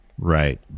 right